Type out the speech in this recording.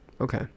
Okay